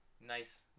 nice